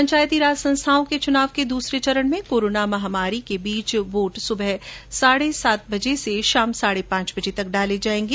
पंचायती राज संस्थाओं के चुनाव के दूसरे चरण में कोरोना महामारी के बीच वोट सुबह साढे सात बजे से शाम साढे पांच बजे तक डाले जायेंगे